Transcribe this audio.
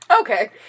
Okay